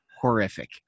horrific